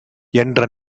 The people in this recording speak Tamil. நிகர்த்த